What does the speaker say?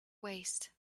waist